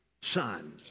son